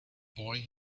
boy